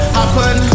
happen